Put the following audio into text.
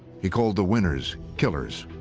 he called the winners killers.